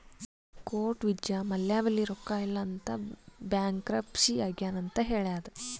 court Vijay Mallya ಬಲ್ಲಿ ರೊಕ್ಕಾ ಇಲ್ಲ ಅಂತ ಬ್ಯಾಂಕ್ರಪ್ಸಿ ಆಗ್ಯಾನ್ ಅಂತ್ ಹೇಳ್ಯಾದ್